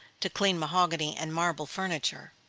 to clean mahogany and marble furniture.